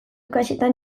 kaxetan